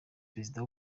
perezida